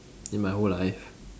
in my whole life